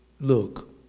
Look